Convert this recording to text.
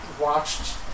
watched